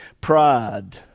Pride